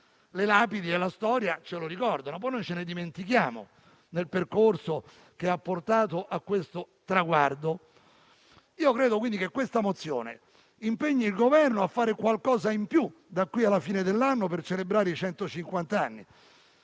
le lapidi e la storia ce lo ricordano. Poi, noi ce ne dimentichiamo nel percorso che ha portato a questo traguardo. Io credo, quindi, che questa mozione impegni il Governo a fare qualcosa in più, da qui alla fine dell'anno, per celebrare i